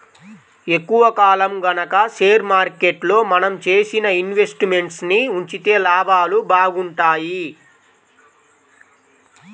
ఎక్కువ కాలం గనక షేర్ మార్కెట్లో మనం చేసిన ఇన్వెస్ట్ మెంట్స్ ని ఉంచితే లాభాలు బాగుంటాయి